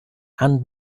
and